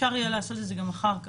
אפשר יהיה לעשות את זה גם אחר כך.